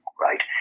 right